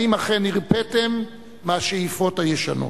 האם אכן הרפיתם מהשאיפות הישנות?